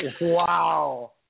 Wow